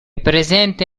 presente